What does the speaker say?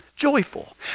joyful